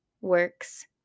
works